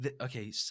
Okay